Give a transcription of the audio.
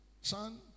son